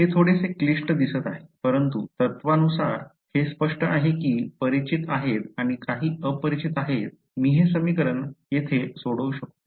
हे थोडेसे क्लिष्ट दिसत आहे परंतु तत्त्वानुसार हे स्पष्ट आहे की परिचित आहेत आणि काही अपरिचित आहेत मी हे समीकरण येथे सोडवू शकतो